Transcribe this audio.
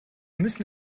müssen